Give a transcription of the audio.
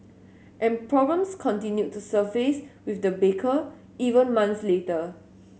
and problems continued to surface with the baker even months later